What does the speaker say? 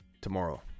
tomorrow